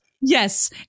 yes